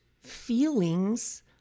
feelings